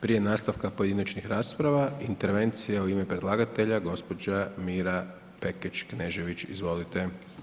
Prije nastavka pojedinačnih rasprava, intervencija u ime predlagatelja, gospođa Mira Pekeč Knežević, izvolite.